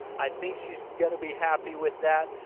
i think she's going to be happy with that.